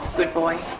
good boy,